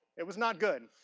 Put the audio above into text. it was not good.